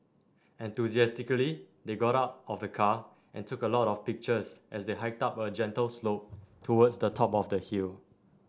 enthusiastically they got out of the car and took a lot of pictures as they hiked up a gentle slope towards the top of the hill